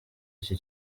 iki